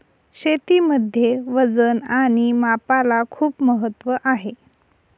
शेतीमध्ये वजन आणि मापाला खूप महत्त्व आहे